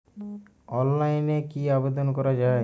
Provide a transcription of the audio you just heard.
অনলাইনে কি আবেদন করা য়ায়?